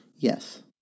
Yes